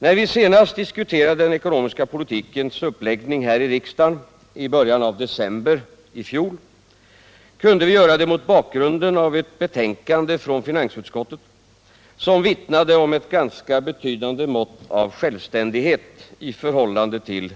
När vi senast diskuterade den ekonomiska politikens uppläggning här i riksdagen i början av december i fjol kunde vi göra det mot bakgrunden av ett betänkande från finansutskottet, som vittnade om ct ganska betydande mått av självständighet i förhållande till